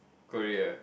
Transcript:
Korea